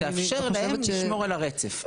זה יאפשר להם לשמור על הרצף.